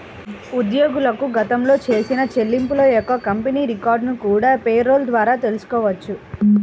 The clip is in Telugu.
ఉద్యోగులకు గతంలో చేసిన చెల్లింపుల యొక్క కంపెనీ రికార్డులను కూడా పేరోల్ ద్వారా తెల్సుకోవచ్చు